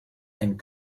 and